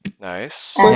Nice